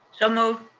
so moved.